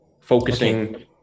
focusing